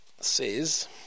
says